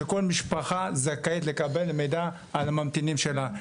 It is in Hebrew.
שכל משפחה זכאית לקבל מידע על ממתינים שלה,